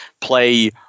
play